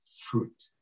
fruit